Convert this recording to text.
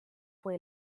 fue